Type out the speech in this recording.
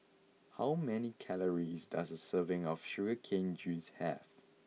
how many calories does a serving of Sugar Cane Juice have